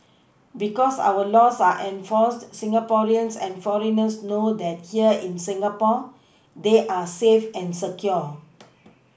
because our laws are enforced Singaporeans and foreigners know that here in Singapore they are safe and secure